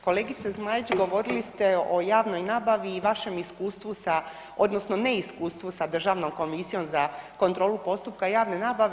Kolegice Zmajić, govorili ste o javnoj nabavi i vašem iskustvu sa, odnosno neiskustvu sa Državnom komisijom za kontrolu postupka javne nabave.